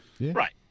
Right